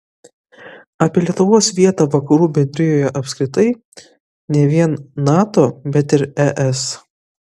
apie lietuvos vietą vakarų bendrijoje apskritai ne vien nato bet ir es